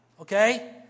Okay